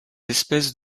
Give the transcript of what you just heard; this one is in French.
espèces